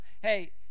hey